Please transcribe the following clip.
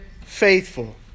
faithful